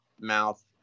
mouth